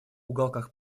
уголках